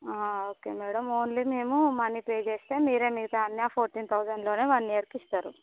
ఆ okay madam only మేము money pay చేస్తే మీరే మిగతా అన్నీ ఆ ఫోర్టీన్ థౌసండ్లోనే వన్ ఇయర్కి ఇస్తారు